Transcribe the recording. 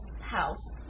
house